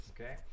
Okay